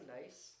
nice